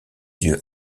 yeux